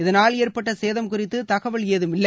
இதனால் ஏற்பட்ட சேதம் குறித்து தகவல் ஏதும் இல்லை